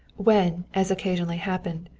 when, as occasionally happened,